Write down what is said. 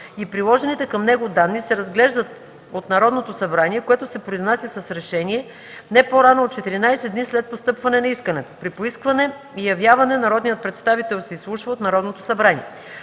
и приложените към него данни се разглеждат от Народното събрание, което се произнася с решение, не по-рано от 14 дни след постъпване на искането. При поискване и явяване народният представител се изслушва от Народното събрание.